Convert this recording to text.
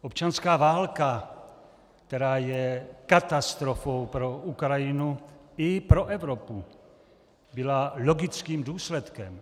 Občanská válka, která je katastrofou pro Ukrajinu i pro Evropu, byla logickým důsledkem.